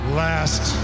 last